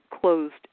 closed